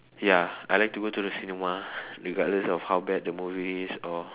ya I like to go to the cinema regardless of how bad the movie is or